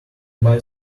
buy